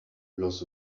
los